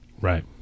right